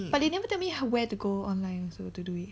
but they never tell me how where to go online also to do it